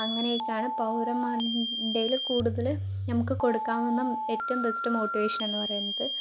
അങ്ങനെയൊക്കെയാണ് പൗരന്മാരുടേല് കൂടുതൽ നമുക്ക് കൊടുക്കാവുന്ന ഏറ്റവും ബെസ്റ്റ് മോട്ടിവേഷൻ എന്ന് പറയുന്നത്